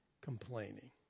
complaining